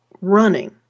running